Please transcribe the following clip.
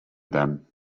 them